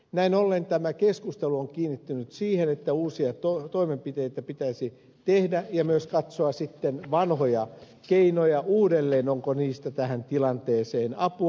näin ollen tämä keskustelu on kiinnittynyt siihen että uusia toimenpiteitä pitäisi tehdä ja myös katsoa vanhoja keinoja uudelleen onko niistä tähän tilanteeseen apua